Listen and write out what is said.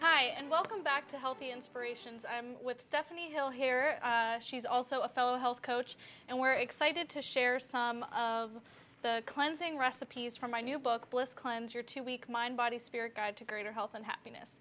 hi and welcome back to healthy inspirations i'm with stephanie hill here she's also a fellow health coach and we're excited to share some of the cleansing recipes from my new book bliss cleanse your two week mind body spirit guide to greater health and happiness